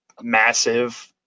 massive